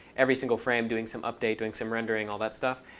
every single frame doing some updating, doing some rendering, all that stuff.